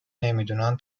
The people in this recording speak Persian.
نمیدونن